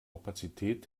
opazität